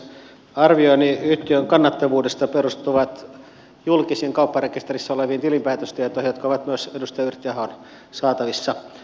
arvioni yhtiön kannattavuudesta perustuvat julkisiin kaupparekisterissä oleviin tilinpäätöstietoihin jotka ovat myös edustaja yrttiahon saatavissa